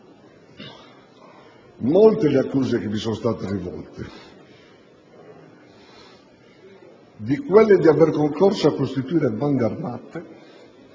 Molte le accuse che mi sono state rivolte, come quella di aver concorso a costituire bande armate.